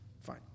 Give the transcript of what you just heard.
Fine